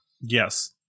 Yes